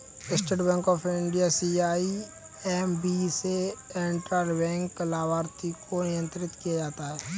state Bank of India CIMB से intra bank लाभार्थी को नियंत्रण किया जाता है